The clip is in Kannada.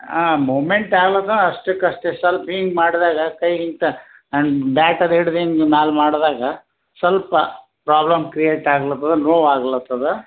ಹಾಂ ಮೂಮೆಂಟ್ ಆಲ್ ಅದೆ ಅಷ್ಟಕ್ಕೆ ಅಷ್ಟೆ ಸ್ವಲ್ಪ ಹಿಂಗೆ ಮಾಡಿದಾಗ ಕೈ ಹಿಂಗೆ ಬ್ಯಾಟ್ ಎಲ್ಲ ಹಿಡಿದು ಹಿಂಗೆ ಮ್ಯಾಲೆ ಮಾಡಿದಾಗ ಸ್ವಲ್ಪ ಪ್ರಾಬ್ಲಮ್ ಕ್ರಿಯೇಟ್ ಆಗ್ಲತ್ತದೆ ನೋವು ಆಗ್ಲತ್ತದೆ